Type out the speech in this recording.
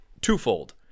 twofold